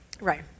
right